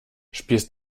spielst